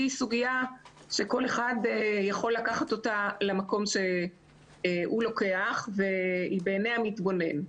היא סוגיה שכל אחד יכול לקחת אותה למקום שהוא לוקח והיא בעיניי המתבונן.